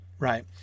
Right